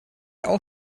auch